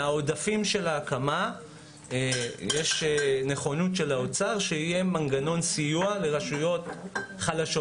של האוצר שמהעודפים של ההקמה יהיה מנגנון סיוע לרשויות חלשות.